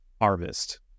Harvest